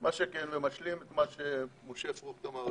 מה שכן זה משלים את מה שמשה פרוכט אמר,